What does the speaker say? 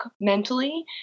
mentally